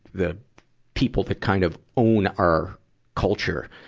the people that kind of own our culture.